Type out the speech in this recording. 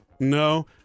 No